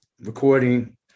recording